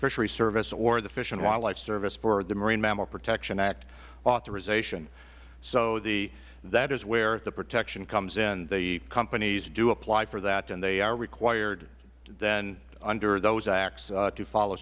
fisheries service or the fish and wildlife service for the marine mammal protection act authorization so that is where the protection comes in the companies do apply for that and they are required then under those acts to follow